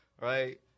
Right